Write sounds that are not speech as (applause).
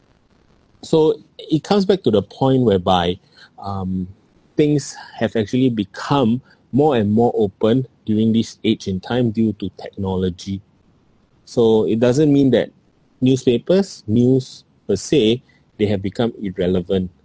so it comes back to the point whereby (breath) um things have actually become more and more open during this age in time due to technology so it doesn't mean that newspapers news per se they have become irrelevant